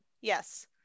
Yes